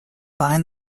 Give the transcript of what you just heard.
bind